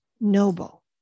noble